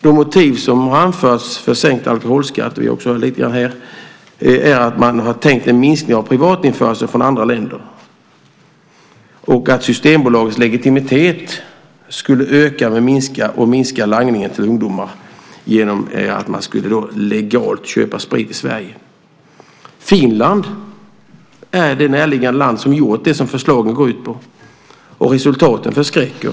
De motiv för sänkt alkoholskatt som framförts - lite grann också här - är att man har tänkt sig en minskning av privatinförseln från andra länder och att Systembolagets legitimitet skulle öka och langningen till ungdomar minska genom att legalt köpa sprit i Sverige. Finland är det närliggande land som gjort det som förslagen går ut på. Resultaten förskräcker.